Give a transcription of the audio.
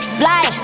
fly